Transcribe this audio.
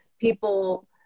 people